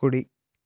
కుడి